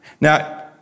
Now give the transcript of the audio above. Now